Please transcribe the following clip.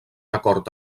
acord